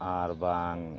ᱟᱨ ᱵᱟᱝ